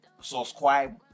subscribe